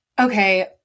Okay